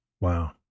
Wow